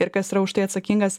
ir kas yra už tai atsakingas